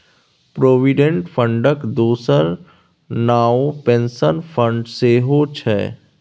provident फंडक दोसर नाओ पेंशन फंड सेहौ छै